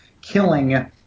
killing